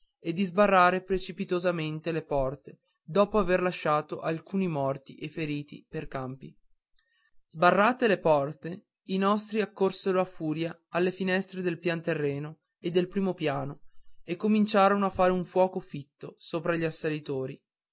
e di sbarrare precipitosamente le porte dopo aver lasciato alcuni morti e feriti pei campi sbarrate le porte i nostri accorsero a furia alle finestre del pian terreno e del primo piano e cominciarono a fare un fuoco fitto sopra gli assalitori